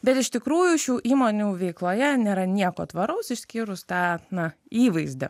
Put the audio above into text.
bet iš tikrųjų šių įmonių veikloje nėra nieko tvaraus išskyrus tą na įvaizdį